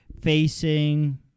facing